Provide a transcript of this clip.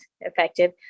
effective